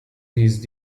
these